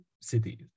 cities